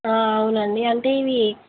అవునండి అంటే ఇవి